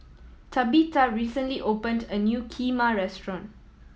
Tabetha recently opened a new Kheema restaurant